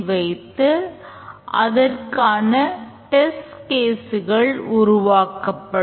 we model உருவாக்கப்படும்